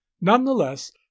Nonetheless